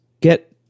get